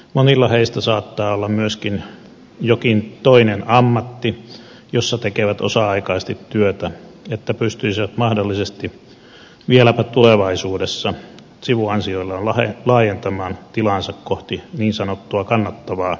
monilla heistä saattaa olla myöskin jokin toinen ammatti jossa tekevät osa aikaisesti työtä että pystyisivät mahdollisesti vieläpä tulevaisuudessa sivuansioillaan laajentamaan tilaansa kohti niin sanottua kannattavaa tuettua tilakokoa